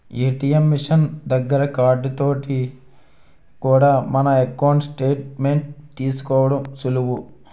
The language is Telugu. ఏ.టి.ఎం మిషన్ దగ్గర కార్డు తోటి కూడా మన ఎకౌంటు స్టేట్ మెంట్ తీసుకోవడం సులువు